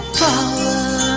power